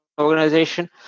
organization